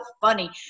funny